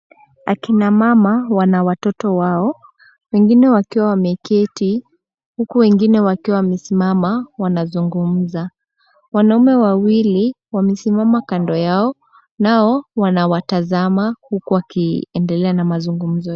Akina mama wana watoto wao, wengine wakiwa wameketi huku wengine wakiwa wamesimama wanazungumza. Wanaume wawili wamesimama kando yao, nao wanawatazama huku wakiendelea na mazungumzo.